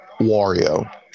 Wario